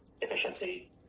efficiency